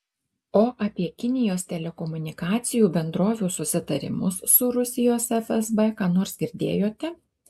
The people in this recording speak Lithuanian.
o apie kinijos telekomunikacijų bendrovių susitarimus su rusijos fsb ką nors girdėjote